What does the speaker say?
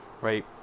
right